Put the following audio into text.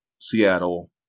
Seattle